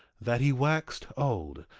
that he waxed old,